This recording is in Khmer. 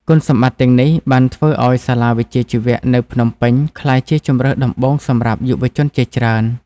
គុណសម្បត្តិទាំងនេះបានធ្វើឱ្យសាលាវិជ្ជាជីវៈនៅភ្នំពេញក្លាយជាជម្រើសដំបូងសម្រាប់យុវជនជាច្រើន។